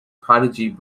prodigy